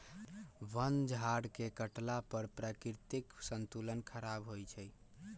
वन झार के काटला पर प्राकृतिक संतुलन ख़राप होइ छइ